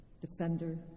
Defender